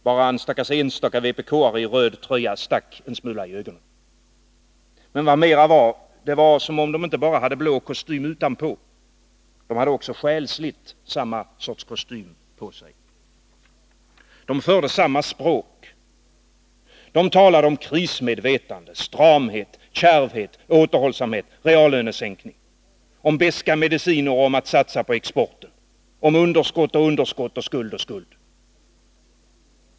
Bara en enstaka vpk-are i röd tröja stack en smula i ögonen. Men vad mera var: Det var som om de inte bara hade blå kostym utanpå. De hade också själsligt samma sorts kostym på sig. De förde samma språk. De talade om krismedvetande, stramhet, kärvhet, återhållsamhet, reallönesänkning. Om beska mediciner och om att satsa på exporten. Om underskott och underskott, och om skuld och skuld.